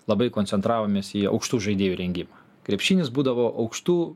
labai koncentravomės į aukštų žaidėjų rengimą krepšinis būdavo aukštų